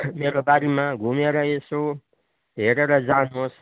मेरो बारीमा घुमेर यसो हेरेर जानुहोस्